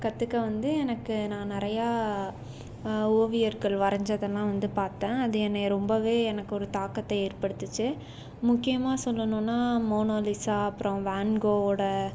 கற்றுக்க வந்து எனக்கு நான் நிறையா ஓவியர்கள் வரஞ்சதெல்லாம் வந்து பார்த்தேன் அது என்னை ரொம்பவே எனக்கு ஒரு தாக்கததை ஏற்படுத்துச்சு முக்கியமாக சொல்லணும்னா மோனாலிசா அப்புறம் வேன்கோவோடய